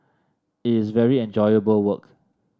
it is very enjoyable work